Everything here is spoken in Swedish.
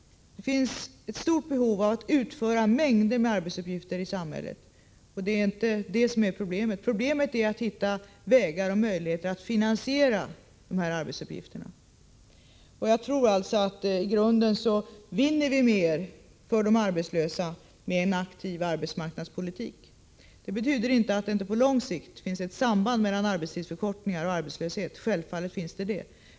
Vi har ett stort behov av att få mängder av arbetsuppgifter utförda i samhället. Det är inte den sidan av saken som är problemet, utan det är att finna vägar och möjligheter att finansiera utförandet av dessa arbetsuppgifter. Jag tror alltså att vi i grunden vinner mer för de arbetslösa med en aktiv arbetsmarknadspolitik. Det betyder inte att det inte på lång sikt finns ett samband mellan arbetstidsförkortningar och arbetslöshet. Självfallet finns ett sådant samband.